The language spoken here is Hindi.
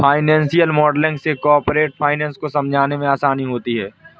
फाइनेंशियल मॉडलिंग से कॉरपोरेट फाइनेंस को समझने में आसानी होती है